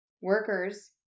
workers